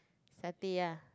satay ya